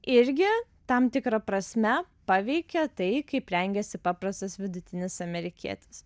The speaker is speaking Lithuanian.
irgi tam tikra prasme paveikė tai kaip rengėsi paprastas vidutinis amerikietis